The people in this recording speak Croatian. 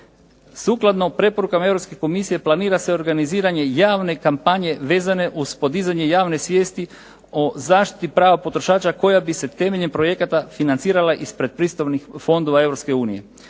Sukladno preporukama Europske komisije planira se organiziranje javne kampanje vezane uz podizanje javne svijesti o zaštiti prava potrošača koja bi se temeljem projekata financirala iz predpristupnih fondova